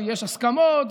ויש הסכמות,